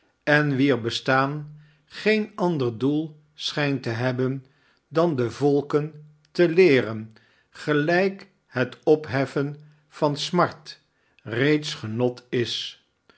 en wier bestaan geen ander doel schijnt te hebben dan den volken te leeren gelijk het opheffen van smart reeds genot is